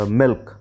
milk